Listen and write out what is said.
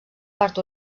part